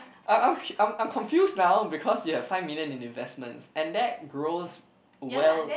I'm I'm I'm I'm I'm confused now because you have five million in investments and that grows well